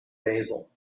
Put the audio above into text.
basil